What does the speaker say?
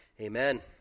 amen